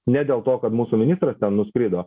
ne dėl to kad mūsų ministras ten nuskrido